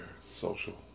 social